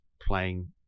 playing